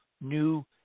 new